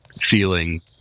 feeling